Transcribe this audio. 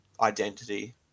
identity